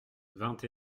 vingt